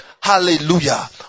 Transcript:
Hallelujah